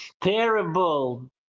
terrible